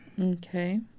Okay